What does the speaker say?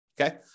okay